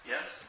yes